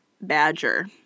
badger